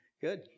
Good